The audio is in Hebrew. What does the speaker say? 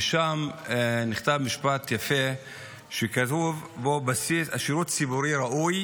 ושם נכתב משפט יפה שכתוב בו: שירות ציבורי ראוי